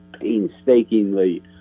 painstakingly